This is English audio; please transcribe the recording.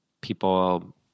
People